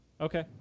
Okay